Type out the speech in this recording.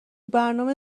برنامه